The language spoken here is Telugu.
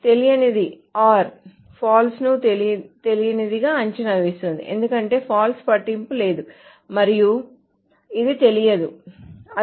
తెలియనిది OR false ను తెలియనిదిగా అంచనా వేస్తుంది ఎందుకంటే false పట్టింపు లేదు మరియు ఇది తెలియదు తెలియదు అది